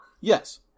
Yes